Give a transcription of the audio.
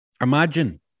imagine